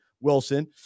Wilson